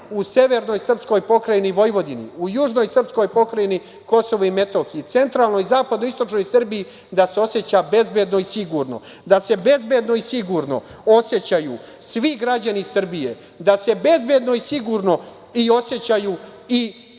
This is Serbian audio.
u severnoj srpskoj pokrajini Vojvodini, u južnoj srpskoj pokrajini KiM, centralnoj i zapadnoj i istočnoj Srbiji, da se oseća bezbedno i sigurno, da se bezbedno i sigurno osećaju svi građani Srbije, da se bezbedno i sigurno osećaju i